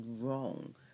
wrong